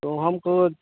तो हम को